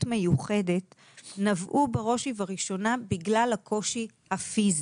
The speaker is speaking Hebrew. מיוחדת נבעו בראש ובראשונה בגלל הקושי הפיזי.